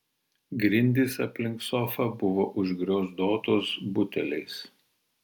grindys aplink sofą buvo užgriozdotos buteliais